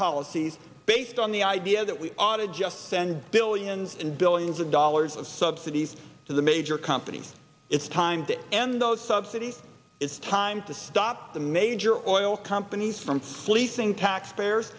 policies based on the idea that we ought to just send billions and billions of dollars of subsidies to the major companies it's time to end those subsidies it's time to stop the major oil companies from fleecing taxpayers